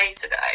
today